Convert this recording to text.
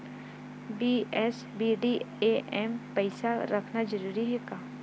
BSBDA मा पईसा रखना जरूरी हे का?